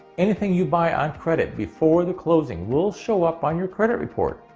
anything you buy on credit before the closing will show up on your credit report.